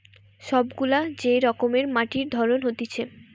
সব গুলা যে রকমের মাটির ধরন হতিছে